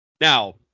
Now